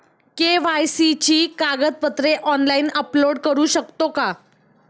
KYC ची कागदपत्रे online upload करू शकतो का?